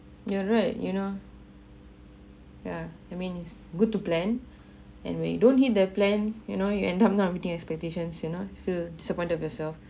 you're right you know yeah I mean it's good to plan and when you don't hit the plan you know you end up not meeting expectations you not feel disappointed of yourself